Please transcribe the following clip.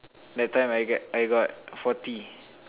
that time I get I got forty